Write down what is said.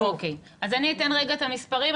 אוקיי, אז אני אתן רגע את המספרים.